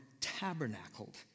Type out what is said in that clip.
tabernacled